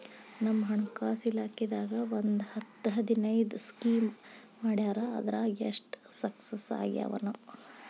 ನಮ್ ಹಣಕಾಸ್ ಇಲಾಖೆದಾಗ ಒಂದ್ ಹತ್ತ್ ಹದಿನೈದು ಸ್ಕೇಮ್ ಮಾಡ್ಯಾರ ಅದ್ರಾಗ ಎಷ್ಟ ಸಕ್ಸಸ್ ಆಗ್ಯಾವನೋ